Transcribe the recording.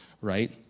right